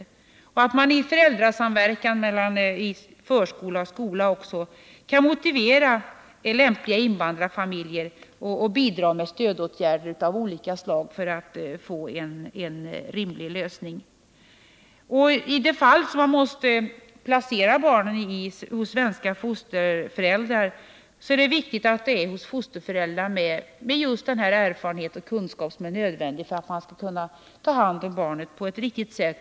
Det bör också vara möjligt att genom föräldrasamverkan i förskola och skola motivera lämpliga invandrarfamiljer att bidra med stödåtgärder av olika slag för att få en rimlig lösning. I de fall då man måste placera barn hos svenska fosterföräldrar är det viktigt att det är fosterföräldrar med just den erfarenhet och kunskap som är nödvändig för att ta hand om barnen på ett riktigt sätt.